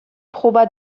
proba